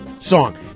song